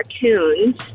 cartoons